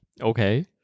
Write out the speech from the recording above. Okay